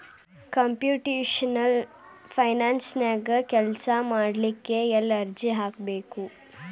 Computational ಫೈನಾನ್ಸನ್ಯಾಗ ಕೆಲ್ಸಾಮಾಡ್ಲಿಕ್ಕೆ ಎಲ್ಲೆ ಅರ್ಜಿ ಹಾಕ್ಬೇಕು?